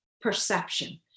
perception